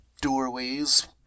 doorways